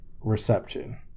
reception